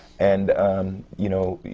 and you know,